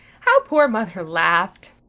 how poor mother laughed!